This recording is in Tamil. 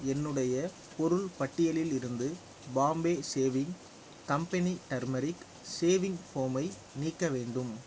என்னுடைய பொருள் பட்டியலில் இருந்து Bombay saving company turmeric saving ஃபோமை நீக்க வேண்டும்